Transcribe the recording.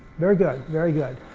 very good. very good.